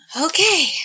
Okay